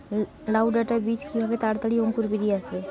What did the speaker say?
লাউ ডাটা বীজ কিভাবে তাড়াতাড়ি অঙ্কুর বেরিয়ে আসবে?